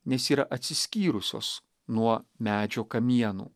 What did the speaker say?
nes yra atsiskyrusios nuo medžio kamieno